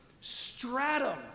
stratum